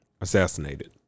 assassinated